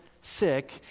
sick